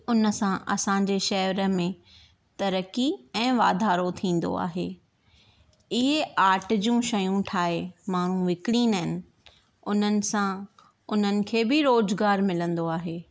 उन सां असांजे शहर में तरकी ऐं वाधारो थींदो आहे इएं आर्ट जूं शयूं ठाहे माण्हू विकिणींदा आहिनि उन्हनि सां उन्हनि खे बि रोज़गारु मिलंदो आहे